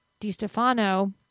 DiStefano